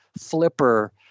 Flipper